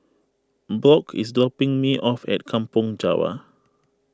Brock is dropping me off at Kampong Java